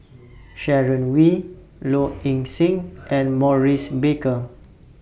Sharon Wee Low Ing Sing and Maurice Baker